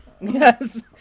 yes